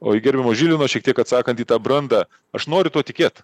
o į gerbiamo žilvino šiek tiek atsakant į tą brandą aš noriu tuo tikėt